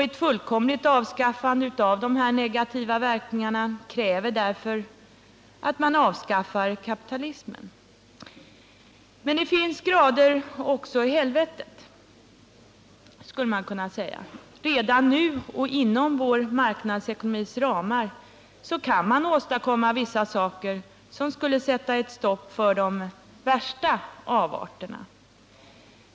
Ett fullkomligt avskaffande av de här negativa verkningarna kräver därför att man avskaffar kapitalismen. Men det finns grader också i helvetet, skulle man kunna säga. Redan nu, inom vår marknadsekonomis ramar, kan man åstadkomma vissa saker som skulle sätta ett stopp för de värsta avarterna.